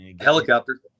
Helicopter